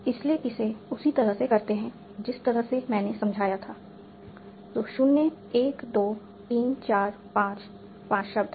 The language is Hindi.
इसलिए इसे उसी तरीके से करते हैं जिस तरह से मैंने समझाया था तो 0 1 2 3 4 5 पांच शब्द हैं